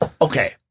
Okay